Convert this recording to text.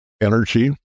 energy